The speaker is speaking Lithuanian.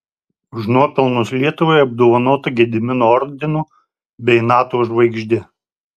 už nuopelnus lietuvai apdovanota gedimino ordinu bei nato žvaigžde